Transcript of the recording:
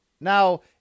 Now